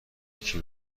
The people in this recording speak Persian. یکی